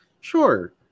Sure